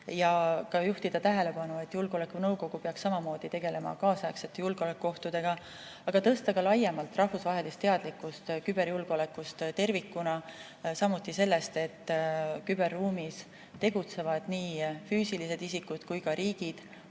ja juhtida tähelepanu, et julgeolekunõukogu peaks samamoodi tegelema kaasaegsete julgeolekuohtudega, aga tõsta ka laiemalt rahvusvahelist teadlikkust küberjulgeolekust tervikuna. Samuti sellest, et küberruumis tegutsevad nii füüsilised isikud kui ka riigid